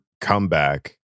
comeback